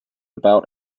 about